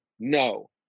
no